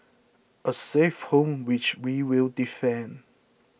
a safe home which we will defend